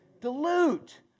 Dilute